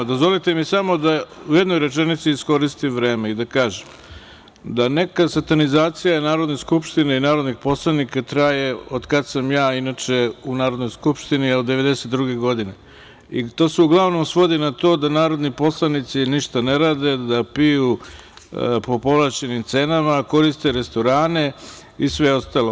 Dozvolite mi samo da u jednoj rečenici iskoristim vreme i da kažem, da neka satanizacija Narodne skupštine i narodnih poslanika traje od kada sam ja inače u Narodnoj skupštini od 1992. godine i to se uglavnom svodi na to da narodni poslanici ništa ne rade, da piju po povlašćenim cenama, koriste restorane i sve ostalo.